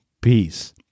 peace